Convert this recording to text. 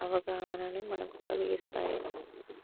అవగాహననే మనకు కలిగిస్తాయి